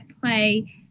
play